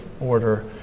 order